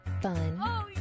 fun